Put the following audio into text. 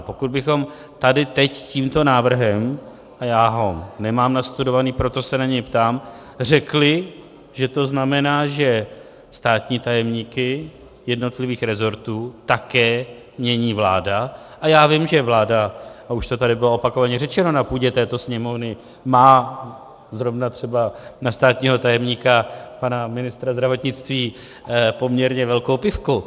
Pokud bychom teď tímto návrhem a já ho nemám nastudovaný, a proto se na něj ptám řekli, že to znamená, že státní tajemníky jednotlivých rezortů také mění vláda a já vím, že vláda, a už to tady bylo opakovaně řečeno na půdě této Sněmovny, má zrovna třeba na státního tajemníka pana ministra zdravotnictví poměrně velkou pifku.